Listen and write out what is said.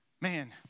Man